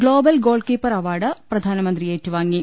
global goalkeeper award പ്രധാനമന്ത്രി ഏറ്റുവാങ്ങി